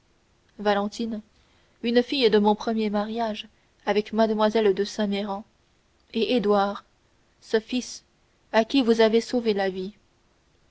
valentine une fille de mon premier mariage avec mademoiselle de saint méran et édouard ce fils à qui vous avez sauvé la vie